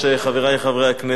חברי חברי הכנסת,